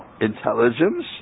intelligence